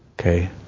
okay